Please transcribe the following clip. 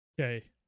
okay